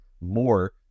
more